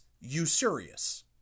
usurious